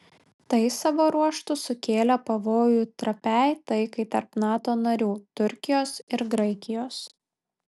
tai savo ruožtu sukėlė pavojų trapiai taikai tarp nato narių turkijos ir graikijos